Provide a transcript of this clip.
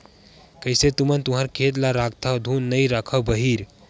कइसे तुमन तुँहर खेत ल राखथँव धुन नइ रखव भइर?